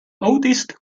oldest